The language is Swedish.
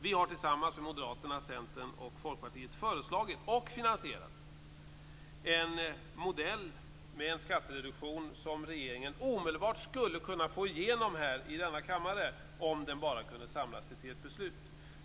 Vi har tillsammans med Moderaterna, Centern och Folkpartiet föreslagit och finansierat en modell med en skattereduktion som regeringen omedelbart skulle kunna få igenom här i kammaren om den bara kunde samla sig till ett beslut.